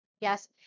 Yes